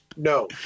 No